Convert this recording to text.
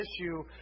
issue